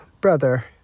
brother